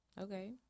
Okay